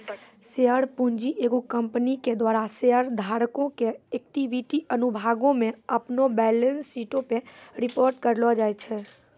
share पूंजी एगो company के द्वारा शेयर धारको के इक्विटी अनुभागो मे अपनो बैलेंस शीटो पे रिपोर्ट करलो जाय छै